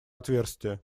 отверстие